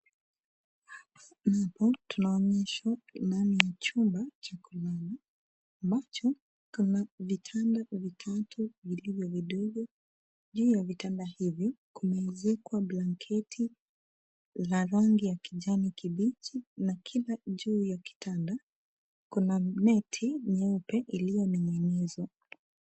Hapa tunaonyeshwa ndani ya chumba cha kulala, ambapo kuna vitanda vitatu vilivyo vidogo. Juu ya vitanda hivyo kumeezekwa blanketi la rangi ya kijani kibichi na kila juu ya kitanda kuna neti nyeupe iliyoning'inizwa.